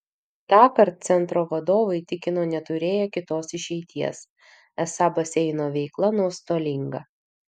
tąkart centro vadovai tikino neturėję kitos išeities esą baseino veikla nuostolinga